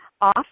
off